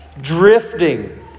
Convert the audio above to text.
drifting